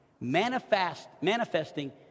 manifesting